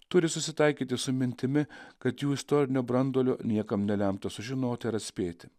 turi susitaikyti su mintimi kad jų istorinio branduolio niekam nelemta sužinoti ar atspėti